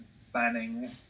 spanning